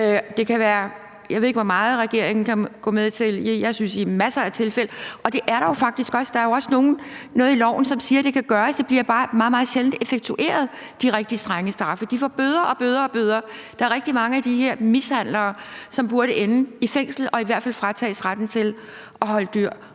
Jeg ved ikke, hvor meget regeringen kan gå med til, men jeg synes, det skal være i masser af tilfælde. Og der er faktisk også strenge straffe, for der er jo også noget i loven, som siger, at det kan gøres. Det bliver bare meget, meget sjældent effektueret med de rigtig strenge straffe. De får bøder og bøder. Der er rigtig mange af de her mishandlere, som burde ende i fængsel og i hvert fald fratages retten til at holde dyr.